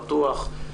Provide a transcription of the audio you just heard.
פתוח,